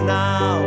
now